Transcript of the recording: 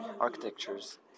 architectures